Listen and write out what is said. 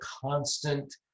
constant